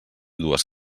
dues